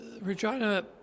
Regina